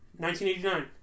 1989